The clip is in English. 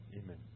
Amen